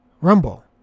Rumble